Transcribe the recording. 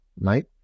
right